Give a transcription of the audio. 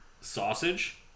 Sausage